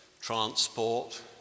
transport